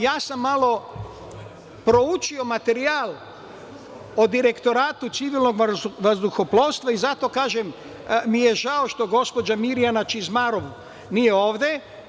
Ja sam malo proučio materijal o Direktoratu civilnog vazduhoplovstva i zato kažem da mi je žao što gospođa Mirjana Čizmarov nije ovde.